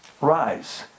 Rise